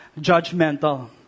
judgmental